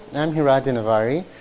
i'm hirad dinavari,